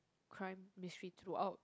crime mystery through out